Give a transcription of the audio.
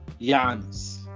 Giannis